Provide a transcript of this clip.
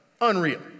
Unreal